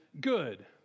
good